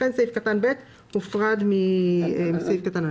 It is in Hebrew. לכן תקנה משנה (ב) הופרדה מתקנת משנה (א).